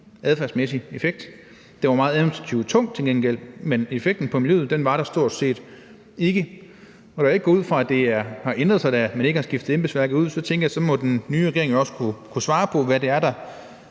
adfærdsmæssig effekt. Til gengæld var den meget administrativt tung, men effekten på miljøet var der stort set ikke. Da jeg ikke går ud fra, at det har ændret sig, da man ikke har skiftet embedsværket ud, så tænker jeg, at så må den nye regering også kunne svare på, hvad det er, der